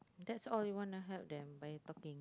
that's all you want to help them but you talking